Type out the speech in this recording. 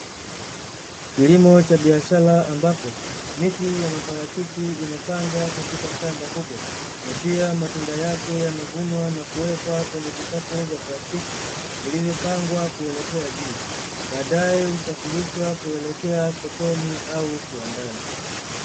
Kilimo cha biashara ambapo miti ya maparachichi imepandwa katika shamba kubwa, na pia matunda yake yamevunwa na kuwekwa kwenye vikapu vya plastiki vilivyopangwa kuelekea juu, baadaye husafirishwa kuelekea sokoni au kiwandani.